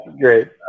Great